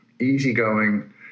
easygoing